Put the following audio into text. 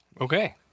Okay